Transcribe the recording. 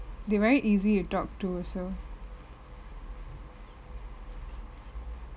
they very easy to talk to also